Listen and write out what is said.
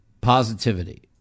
Positivity